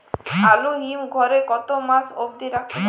আলু হিম ঘরে কতো মাস অব্দি রাখতে পারবো?